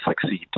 succeed